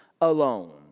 alone